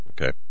okay